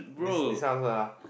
this this one also lah